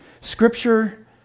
Scripture